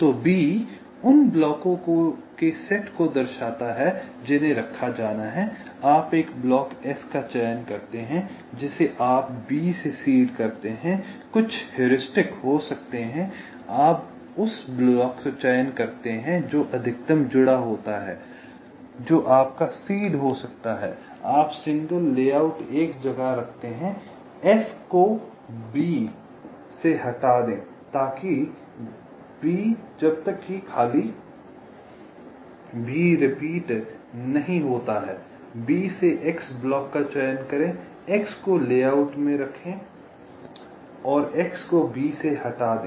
तो B उन ब्लॉकों के सेट को दर्शाता है जिन्हें रखा जाना है आप एक ब्लॉक S का चयन करते हैं जिसे आप B से सीड कहते हैं कुछ हेयुरिस्टिक हो सकते हैं आप उस ब्लॉक का चयन करते हैं जो अधिकतम जुड़ा होता है जो आपका सीड हो सकता है आप सिंगल लेआउट एक जगह रखते हैं S को B से हटा दें जब तक कि B खाली रिपीट नहीं होता है B से X ब्लॉक का चयन करें X को लेआउट में रखें और X को B से से हटा दें